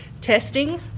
testing